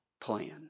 plan